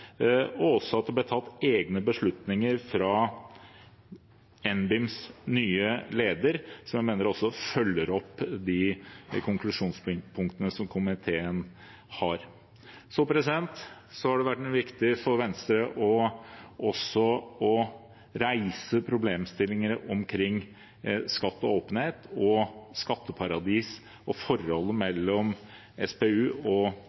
Det ble også tatt egne beslutninger av NBIMs nye leder, som jeg mener også følger opp de konklusjonspunktene komiteen har. Det har vært viktig for Venstre også å reise problemstillingene omkring skatt, åpenhet og skatteparadis og forholdet mellom SPU og